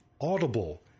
Audible